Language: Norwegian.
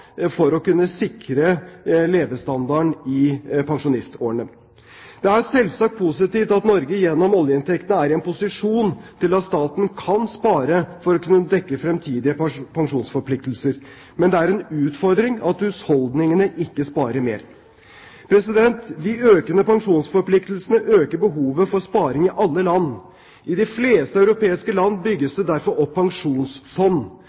for å kunne sikre levestandarden i pensjonistårene. Det er selvsagt positivt at Norge gjennom oljeinntektene er i en posisjon til at staten kan spare for å kunne dekke fremtidige pensjonsforpliktelser, men det er en utfordring at husholdningene ikke sparer mer. De økende pensjonsforpliktelsene øker behovet for sparing i alle land. I de fleste europeiske land